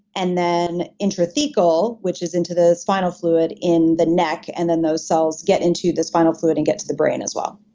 and then intrathecal, which is into the spinal fluid, in the neck, and then those cells get into the spinal fluid and get to the brain as well